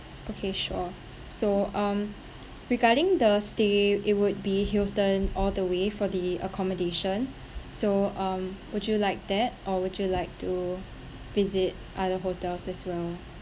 okay sure so um regarding the stay it would be hilton all the way for the accommodation so um would you like that or would you like to visit other hotels as well